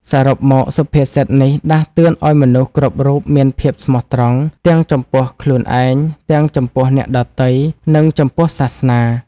សរុបមកសុភាសិតនេះដាស់តឿនឱ្យមនុស្សគ្រប់រូបមានភាពស្មោះត្រង់ ទាំងចំពោះខ្លួនឯង ទាំងចំពោះអ្នកដទៃ និងចំពោះសាសនា។